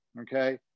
okay